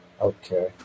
Okay